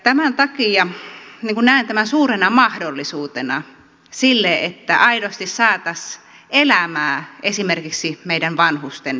tämän takia näen tämän suurena mahdollisuutena sille että aidosti saataisiin elämää esimerkiksi meidän vanhustemme päiviin